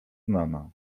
znana